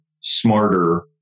smarter